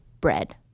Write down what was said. bread